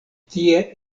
tie